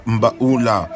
Mbaula